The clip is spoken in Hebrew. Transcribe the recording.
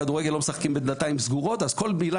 כדורגל לא משחקים בדלתיים סגורות אז כל מילה